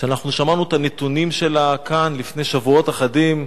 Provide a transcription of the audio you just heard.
שאנחנו שמענו את הנתונים שלה כאן לפני שבועות אחדים,